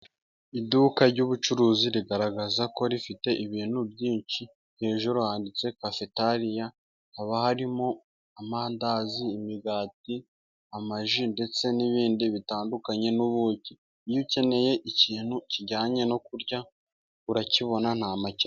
Iduka ry'ubucuruzi, rigaragaza ko rifite ibintu byinshi, hejuru handitse kafetariya, haba harimo amandazi, imigati, amaji, ndetse n'ibindi bitandukanye, iyo ukeneye ikintu kijyanye no kurya, urakibona nta makemwa.